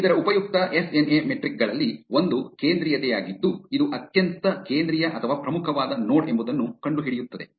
ಇತರ ಉಪಯುಕ್ತ S N A metric ಗಳಲ್ಲಿ ಒಂದು ಕೇಂದ್ರೀಯತೆಯಾಗಿದ್ದು ಅದು ಅತ್ಯಂತ ಕೇಂದ್ರೀಯ ಅಥವಾ ಪ್ರಮುಖವಾದ ನೋಡ್ ಎಂಬುದನ್ನು ಕಂಡುಹಿಡಿಯುತ್ತದೆ